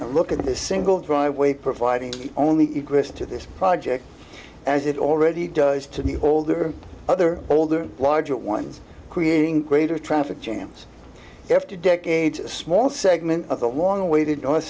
and look at this single driveway providing only grist to this project as it already does to the older other older larger ones creating greater traffic jams after decades a small segment of the long awaited north